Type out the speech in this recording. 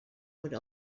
would